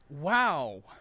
Wow